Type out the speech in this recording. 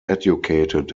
educated